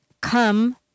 come